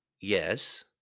Yes